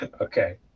Okay